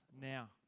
now